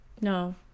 No